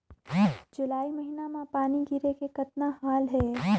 जुलाई महीना म पानी गिरे के कतना हाल हे?